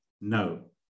No